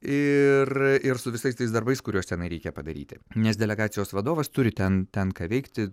ir su visais tais darbais kuriuos tenai reikia padaryti nes delegacijos vadovas turi ten ten ką veikti